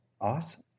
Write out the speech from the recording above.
Awesome